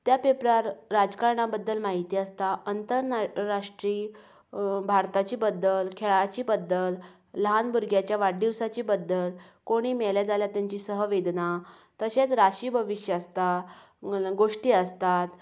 त्या पेपरार राजकारणा बद्दल म्हायती आसता आंतरराष्ट्रीय भारताची बद्दल खेळाचे बद्दल ल्हान भुरग्याच्या वाडदिवसाचे बद्दल कोणी मेले जाल्यार तांची सहवेदना तशें राशी भविश्य आसता गोश्टी आसतात